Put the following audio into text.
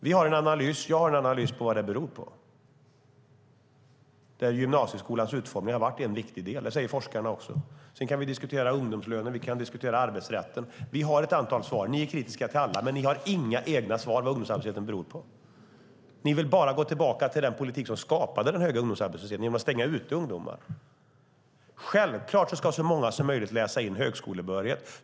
Jag har en analys av vad det beror på, och gymnasieskolans utformning är en viktig del i detta. Det säger forskarna också. Sedan kan vi diskutera ungdomslöner och arbetsrätten. Vi har ett antal svar. Ni är kritiska till alla, men ni har inga egna svar på vad ungdomsarbetslösheten beror på. Ni vill bara gå tillbaka till den politik som skapade den höga ungdomsarbetslösheten genom att stänga ute ungdomar. Det är självklart att så många som möjligt ska läsa in högskolebehörighet.